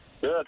Good